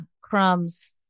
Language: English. crumbs